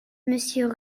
monsieur